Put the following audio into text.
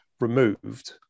removed